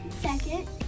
Second